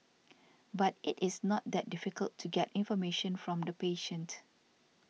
but it is not that difficult to get information from the patient